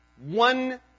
one